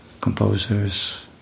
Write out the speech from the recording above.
composers